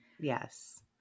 yes